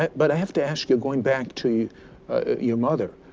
but i have to ask you, going back to your mother,